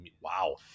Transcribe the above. wow